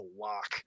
lock